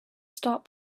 stop